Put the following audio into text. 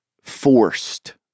forced